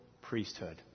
priesthood